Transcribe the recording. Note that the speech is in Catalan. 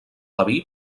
aviv